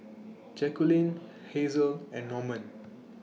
Jaqueline Hazelle and Norman